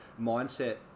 mindset